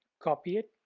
copy it,